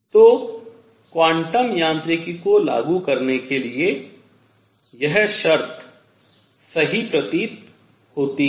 तो क्वांटम यांत्रिकी को लागू करने के लिए यह शर्त सही प्रतीत होती है